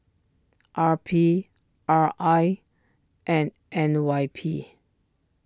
R P R I and N Y P